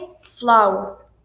flour